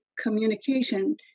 Communication